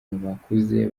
bakuze